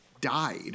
died